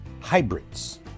hybrids